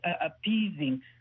appeasing